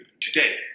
today